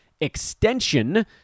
extension